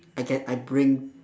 I get I bring